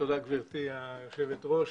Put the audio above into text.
תודה גברתי היושבת ראש.